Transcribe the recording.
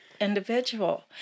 individual